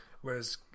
whereas